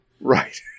Right